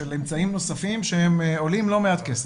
של אמצעים נוספים שעולים לא מעט כסף.